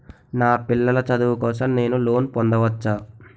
నా పిల్లల చదువు కోసం నేను లోన్ పొందవచ్చా?